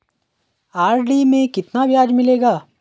RD में कितना ब्याज मिलेगा?